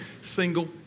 single